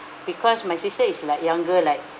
because my sister is like younger like